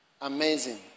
Amazing